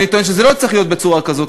אני טוען שזה לא צריך להיות בצורה כזאת,